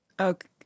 Okay